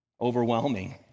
Overwhelming